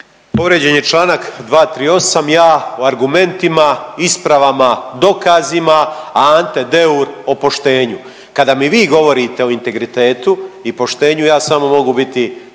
Povrijeđen je čl. 238., ja o argumentima, ispravama, dokazima, a Ante Deur o poštenju. Kada mi vi govorite o integritetu i poštenju ja samo mogu biti